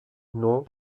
non